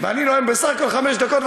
אני נואם בסך הכול חמש דקות,